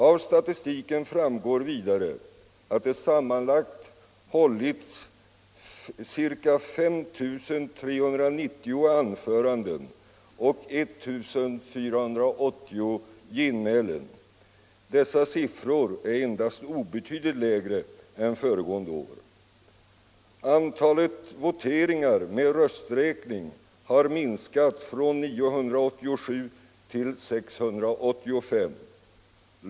Av statistiken framgår vidare att det sammanlagt hållits cirka 5 390 anföranden och 1 480 genmälen. Dessa siffror är endast obetydligt lägre än föregående års. Antalet voteringar med rösträkning har minskat från 987 till 685.